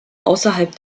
außerhalb